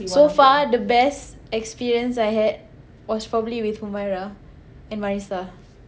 so far the best experience I had was probably with Humaira and marissa